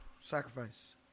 sacrifice